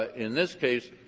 ah in this case,